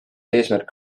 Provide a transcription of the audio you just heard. eesmärk